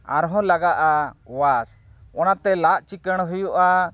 ᱟᱨ ᱦᱚᱸ ᱞᱟᱜᱟᱜᱼᱟ ᱚᱣᱟᱥ ᱚᱱᱟᱛᱮ ᱞᱟᱜ ᱪᱤᱠᱟᱹᱲ ᱦᱩᱭᱩᱜᱼᱟ